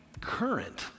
current